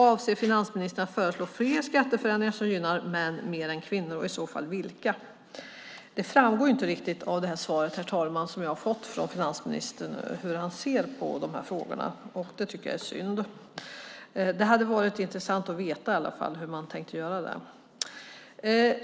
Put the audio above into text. Avser finansministern att föreslå fler skatteförändringar som gynnar män mer än kvinnor, och så fall vilka? Herr talman! Det framgår inte riktigt av det svar som jag har fått av finansministern hur han ser på de här frågorna. Det tycker jag är synd. Det hade varit intressant att veta hur man tänker göra där.